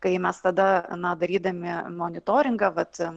kai mes tada na darydami monitoringą vat